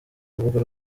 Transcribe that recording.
rubuga